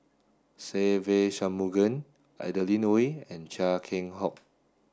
Se Ve Shanmugam Adeline Ooi and Chia Keng Hock